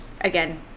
again